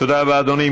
תודה רבה, אדוני.